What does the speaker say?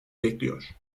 bekliyor